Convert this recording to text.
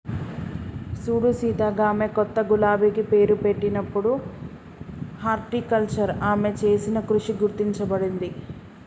సూడు సీత గామె కొత్త గులాబికి పేరు పెట్టినప్పుడు హార్టికల్చర్ ఆమె చేసిన కృషి గుర్తించబడింది